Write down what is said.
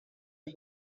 you